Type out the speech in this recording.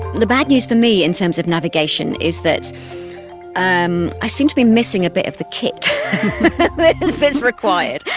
the bad news for me in terms of navigation is that um i seem to be missing a bit of the kit but that is required.